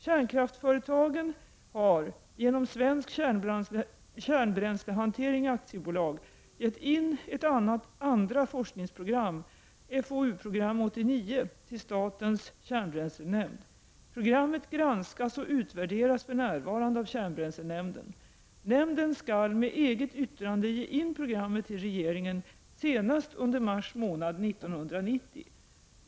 Kärnkraftsföretagen har genom Svensk Kärnbränslehantering AB gett in ett andra forskningsprogram, FoU-program 89, till statens kärnbränslenämnd. Programmet granskas och utvärderas för närvarande av kärnbränslenämnden. Nämnden skall med eget yttrande ge in programmet till regeringen senast under mars månad 1990.